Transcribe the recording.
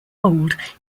old